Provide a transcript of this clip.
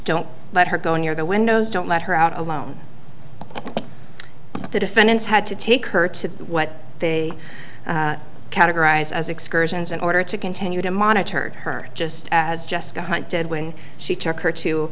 don't let her go near the windows don't let her out alone the defendants had to take her to what they categorized as excursions in order to continue to monitor her just as jessica hunt did when she took her to